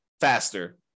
faster